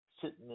sitting